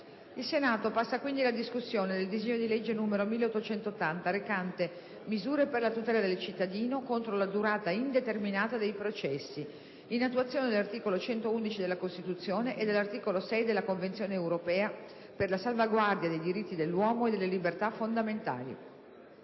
l'A.S. 1880-A, a dispetto del titolo che fa riferimento a «Misure per la tutela del cittadino contro la durata indeterminata dei processi, in attuazione dell'articolo 111 della Costituzione e dell'articolo 6 della Convenzione europea per la salvaguardia dei diritti dell'uomo e delle libertà fondamentali»,